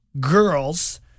girls